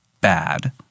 bad –